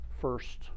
first